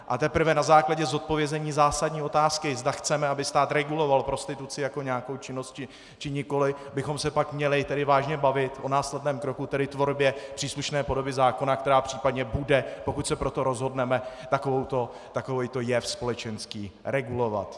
A teprve na základě zodpovězení zásadní otázky, zda chceme, aby stát reguloval prostituci jako nějakou činnost, či nikoliv, bychom se pak měli vážně bavit o následném kroku, tedy tvorbě příslušné podoby zákona, která případně bude, pokud se pro to rozhodneme, takovýto společenský jev regulovat.